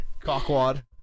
cockwad